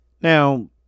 now